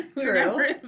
True